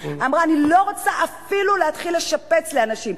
אמרה, אני לא רוצה אפילו להתחיל לשפץ לאנשים.